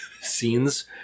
scenes